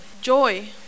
Joy